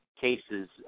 cases